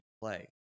play